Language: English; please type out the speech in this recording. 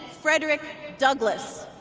frederick douglass,